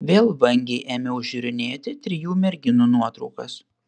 vėl vangiai ėmiau žiūrinėti trijų merginų nuotraukas